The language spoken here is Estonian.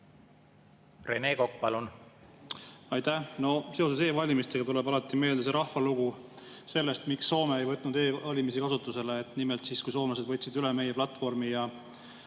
Rene Kokk, palun! Aitäh! Seoses e-valimistega tuleb alati meelde rahvajutt sellest, miks Soome ei võtnud e‑valimisi kasutusele. Nimelt, soomlased võtsid üle meie platvormi ja